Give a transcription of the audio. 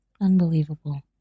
Unbelievable